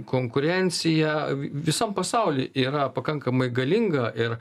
konkurencija visam pasauly yra pakankamai galinga ir